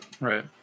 Right